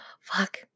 Fuck